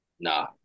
Nah